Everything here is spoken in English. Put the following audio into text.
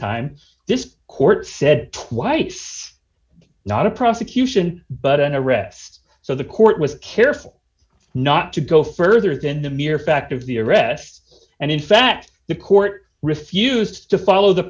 time this court said twice not a prosecution but an arrest so the court was careful not to go further than the mere fact of the arrests and in fact the court refused to follow the